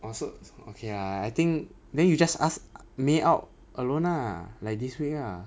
orh so so ya I think then you just ask me out alone lah like this week ah